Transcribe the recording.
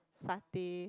satay